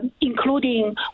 including